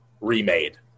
remade